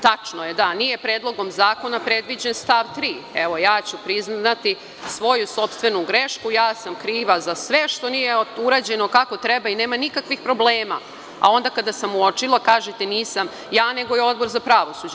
Tačno je, da, nije Predlogom zakona predviđen stav 3. Evo, ja ću priznati svoju sopstvenu grešku, ja sam kriva za sve što nije urađeno kako treba i nema nikakvih problema, a onda kada sam uočila, kažete - nisam ja, nego je Odbor za pravosuđe.